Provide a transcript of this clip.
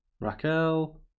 Raquel